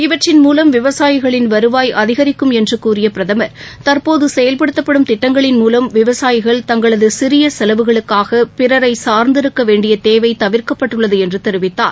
இவற்றின் மூலம் விவசாயிகளின் வருவாய் அதிகரிக்கும் என்று கூறிய பிரதமர் தற்போது செயல்படுத்தப்படும் திட்டங்களின் மூலம் விவசாயிகள் தங்களது சிறிய செலவுகளுக்காக பிறரை சார்ந்திருக்க வேண்டிய தேவை தவிர்க்கப்பட்டுள்ளது என்று தெரிவித்தார்